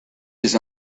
his